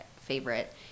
favorite